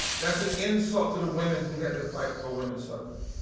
that's an insult to the women who had to fight for women's suffrage,